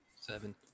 seven